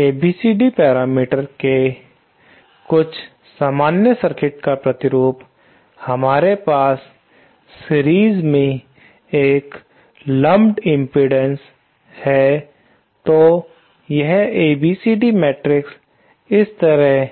ABCD parameters के कुछ सामान्य सर्किट का प्रतिरूप हमारे पास सीरीज में एक लम्पेद इम्पीडेन्स है तो यह एबीसीडी मैट्रिक्स इस तरह